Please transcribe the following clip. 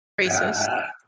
Racist